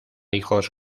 hijos